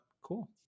cool